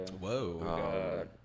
Whoa